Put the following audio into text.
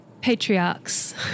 patriarchs